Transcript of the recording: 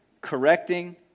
correcting